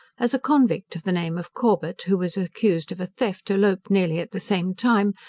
as a convict of the name of corbet, who was accused of a theft, eloped nearly at the same time,